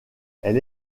elle